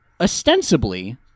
ostensibly